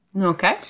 Okay